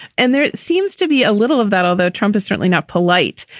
and there seems to be a little of that, although trump is certainly not polite,